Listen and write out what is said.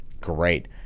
great